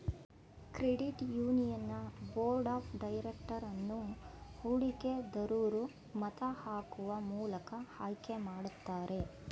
credit union board of director ಅನ್ನು ಹೂಡಿಕೆ ದರೂರು ಮತ ಹಾಕುವ ಮೂಲಕ ಆಯ್ಕೆ ಮಾಡುತ್ತಾರೆ